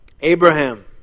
Abraham